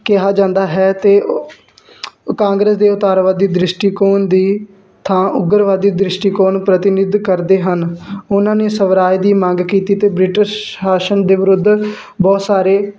ਕਿਹਾ ਜਾਂਦਾ ਹੈ ਅਤੇ ਉਹ ਕਾਂਗਰਸ ਦੇ ਉਤਾਰਵਾਦੀ ਦ੍ਰਿਸ਼ਟੀਕੋਣ ਦੀ ਥਾਂ ਉਗਰਵਾਦੀ ਦ੍ਰਿਸ਼ਟੀਕੋਣ ਪ੍ਰਤੀਨਿਧ ਕਰਦੇ ਹਨ ਉਹਨਾਂ ਨੇ ਸਵਰਾਜ ਦੀ ਮੰਗ ਕੀਤੀ ਅਤੇ ਬ੍ਰਿਟਿਸ਼ ਸ਼ਾਸਨ ਦੇ ਵਿਰੁੱਧ ਬਹੁਤ ਸਾਰੇ